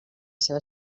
seva